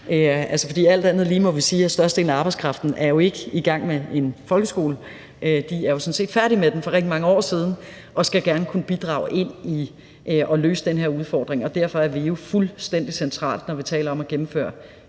alt andet lige må vi sige, at størstedelen af arbejdskraften jo ikke er i gang med en folkeskole, de er sådan set færdige med den for rigtig mange år siden og skal gerne kunne bidrage og kunne løse den her udfordring, og derfor er VEU fuldstændig centralt, når vi taler om at gennemføre